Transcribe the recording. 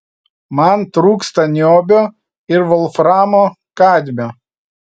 man trūksta niobio ir volframo kadmio